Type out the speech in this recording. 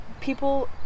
people